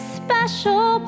special